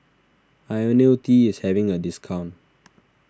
Ionil T is having a discount